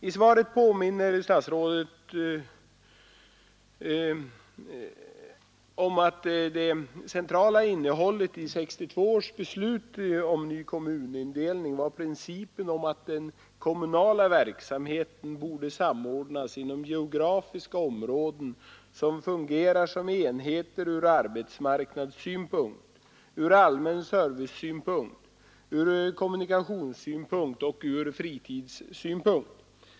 I sitt svar påminner statsrådet om att det centrala innehållet i 1962 års beslut om ny kommunindelning var principen om att den kommunala verksamheten borde samordnas inom geografiska områden, som fungerar som enheter ur arbetsmarknadssynpunkt, ur allmän servicesynpunkt, ur kommunikationssynpunkt och ur fritidssynpunkt.